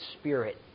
spirit